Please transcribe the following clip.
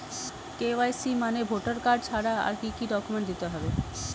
KYC মানে voter card ছাড়া আর কি কি ডকুমেন্ট দিতে হবে?